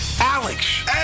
Alex